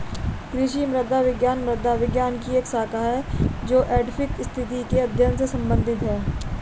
कृषि मृदा विज्ञान मृदा विज्ञान की एक शाखा है जो एडैफिक स्थिति के अध्ययन से संबंधित है